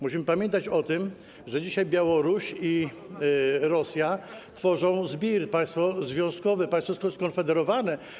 Musimy pamiętać o tym, że dzisiaj Białoruś i Rosja tworzą ZBiR - państwo związkowe, państwo skonfederowane.